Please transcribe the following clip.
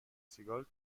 سیگال